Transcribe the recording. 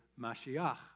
Mashiach